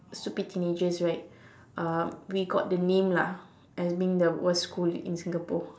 stupid teenagers right um we got the name lah at being the worst school in Singapore